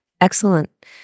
Excellent